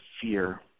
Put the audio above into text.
fear